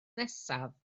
nesaf